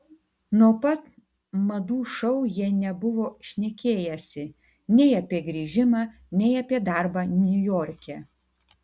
nuo pat madų šou jie nebuvo šnekėjęsi nei apie jos grįžimą nei apie darbą niujorke